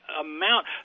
amount